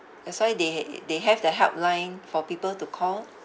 that's why they ha~ they have the helpline for people to call